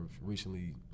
Recently